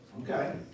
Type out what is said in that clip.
Okay